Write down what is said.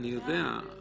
אני יודע.